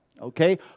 Okay